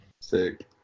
sick